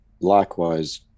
likewise